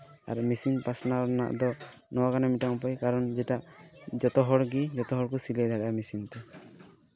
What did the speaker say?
ᱟᱨ machine ᱯᱟᱥᱱᱟᱣ ᱨᱮᱱᱟᱜ ᱫᱚ ᱱᱚᱣᱟ ᱠᱟᱱᱟ ᱢᱤᱫᱴᱟᱱ ᱩᱯᱟᱹᱭ ᱡᱮᱴᱟ ᱡᱚᱛᱚ ᱦᱚᱲᱜᱮ ᱡᱚᱛᱚ ᱦᱚᱲ ᱠᱚ ᱥᱤᱞᱟᱹᱭ ᱫᱟᱲᱮᱭᱟᱜᱼᱟ ᱢᱮᱹᱥᱤᱱ ᱛᱮ